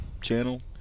channel